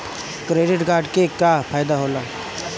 Credit card के का फायदा होला?